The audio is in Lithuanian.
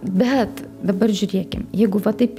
bet dabar žiūrėkim jeigu va taip